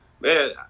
man